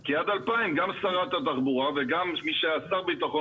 כי עד 2000 גם שרת התחבורה וגם מי שהיה השר לביטחון